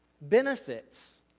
benefits